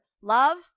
Love